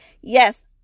Yes